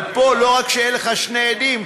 אבל פה לא רק שאין לך שני עדים,